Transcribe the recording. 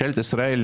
ממשלת ישראל,